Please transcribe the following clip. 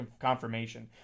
confirmation